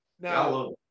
Now